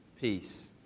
Peace